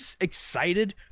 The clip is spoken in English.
excited